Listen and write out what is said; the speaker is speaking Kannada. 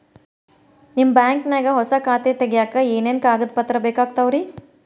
ನಿಮ್ಮ ಬ್ಯಾಂಕ್ ನ್ಯಾಗ್ ಹೊಸಾ ಖಾತೆ ತಗ್ಯಾಕ್ ಏನೇನು ಕಾಗದ ಪತ್ರ ಬೇಕಾಗ್ತಾವ್ರಿ?